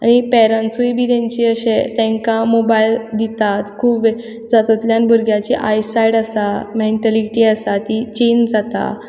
पेरेंण्टसूय बी तेंचे अशे तेंकां मोबायल दितात खूब वेळ तातूंतल्यान भुरग्याचे आय सायट आसा मेंटलिटी आसा ती चेंज जाता